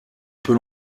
peut